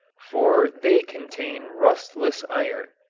for they contain rustless iron,